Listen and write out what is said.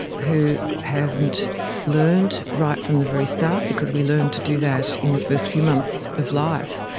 who haven't learned right from the very start because we learn to do that in the first few months of life.